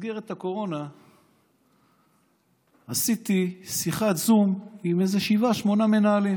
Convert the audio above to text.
ובמסגרת הקורונה עשיתי שיחת זום עם איזה שבעה-שמונה מנהלים,